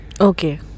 okay